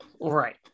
Right